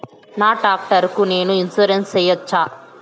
నా టాక్టర్ కు నేను ఇన్సూరెన్సు సేయొచ్చా?